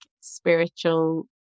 spiritual